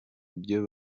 ibyo